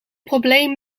probleem